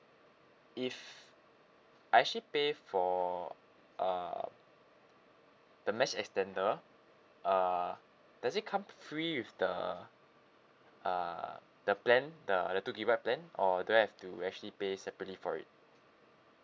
if I actually pay for uh the mesh extender uh does it come free with the uh the plan the the two gigabyte plan or do I have to actually pay separately for it